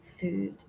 food